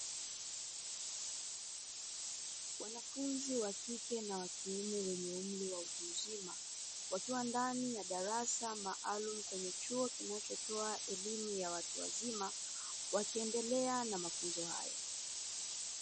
Wanafunzi wa kike na wakiume wenye umri wa utu uzima, wakiwa ndani ya darasa maalumu kwenye chuo kinachotoa elimu ya watu wazima, wakiendelea na mafunzo hayo.